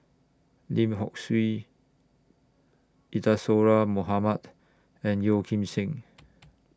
Lim Hock Siew Isadhora Mohamed and Yeo Kim Seng